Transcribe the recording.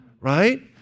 right